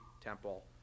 temple